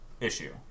issue